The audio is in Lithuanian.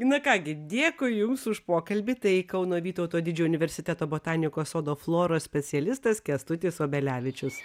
na ką gi dėkui jums už pokalbį tai kauno vytauto didžiojo universiteto botanikos sodo floros specialistas kęstutis obelevičius